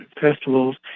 Festivals